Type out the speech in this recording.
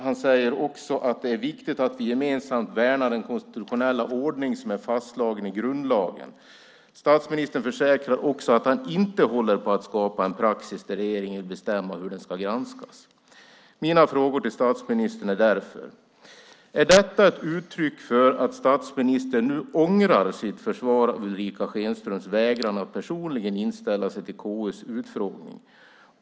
Han säger också att det är "viktigt att vi gemensamt värnar den konstitutionella ordning - som är fastslagen i vår grundlag". Statsministern försäkrar också att han inte håller på att skapa en praxis där regeringen bestämmer hur den ska granskas. Mina frågor till statsministern är därför: Är detta ett uttryck för att statsministern nu ångrar sitt försvar av Ulrica Schenströms vägran att personligen inställa sig till KU:s utfrågning?